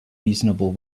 reasonable